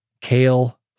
kale